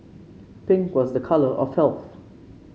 pink was a colour of health